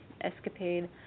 escapade